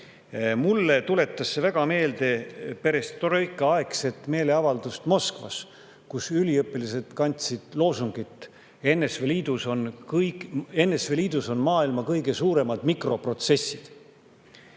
üle, tuletas mulle meelde perestroikaaegset meeleavaldust Moskvas, kus üliõpilased kandsid loosungit "NSV Liidus on maailma kõige suuremad mikroprotsessorid".